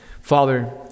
Father